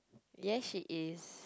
yes it is